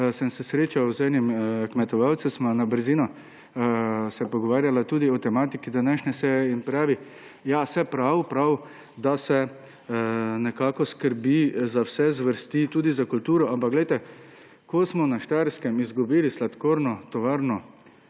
sem, se srečal z enim kmetovalcem, sva na brzino se pogovarjala tudi o tematiki današnje seje in pravi: »Ja, saj prav, da se nekako skrbi za vse zvrsti, tudi za kulturo, ampak glejte, ko smo na Štajerskem izgubili sladkorno tovarno